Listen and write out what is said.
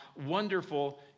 wonderful